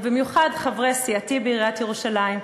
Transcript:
ובמיוחד חברי סיעתי בעיריית ירושלים,